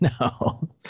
No